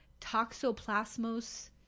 toxoplasmos